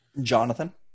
Jonathan